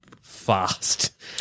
fast